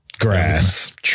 Grass